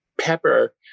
pepper